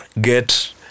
get